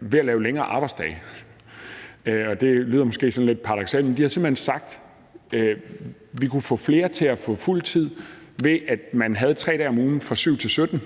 ved at lave længere arbejdsdage. Og det lyder måske sådan lidt paradoksalt, men de havde simpelt hen sagt, at de kunne få flere til at få fuldtid, ved at man havde 3 dage om ugen fra kl.